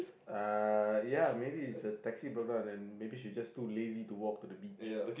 uh ya maybe is the taxi broke down then maybe she just too lazy to walk on the beach